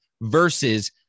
versus